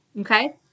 Okay